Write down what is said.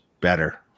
better